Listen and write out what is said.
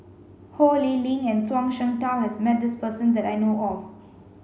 Ho Lee Ling and Zhuang Shengtao has met this person that I know of